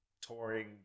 touring